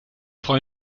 freue